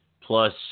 plus